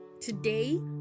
Today